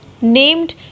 named